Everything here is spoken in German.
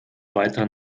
weiter